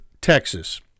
Texas